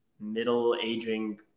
middle-aging